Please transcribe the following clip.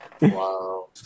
Wow